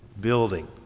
building